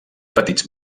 petits